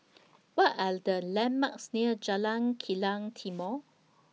What Are The landmarks near Jalan Kilang Timor